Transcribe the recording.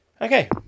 Okay